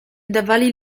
dawali